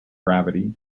gravity